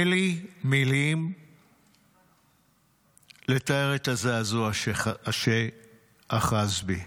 אין לי מילים לתאר את הזעזוע שאחז בי.